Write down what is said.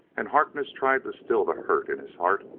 and harkness tried to still the hurt in his heart,